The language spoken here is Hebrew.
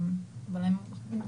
אבל הם בודקים.